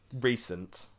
recent